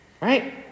Right